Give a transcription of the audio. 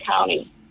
County